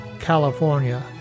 California